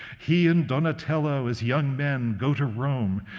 he and donatello, as young men, go to rome.